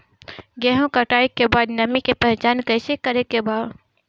गेहूं कटाई के बाद नमी के पहचान कैसे करेके बा?